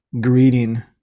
greeting